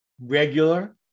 regular